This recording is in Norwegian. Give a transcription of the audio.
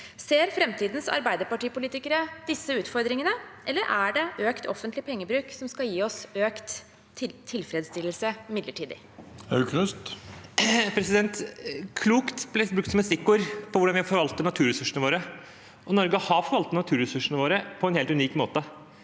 Ser framtidens Arbeiderparti-politikere disse utfordringene, eller er det økt offentlig pengebruk som skal gi oss økt tilfredsstillelse midlertidig? Åsmund Aukrust (A) Ordet «klokt» ble brukt som et stikkord for hvordan vi forvalter naturressursene våre, og i Norge har vi forvaltet naturressursene våre på en helt unik måte.